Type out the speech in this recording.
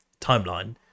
timeline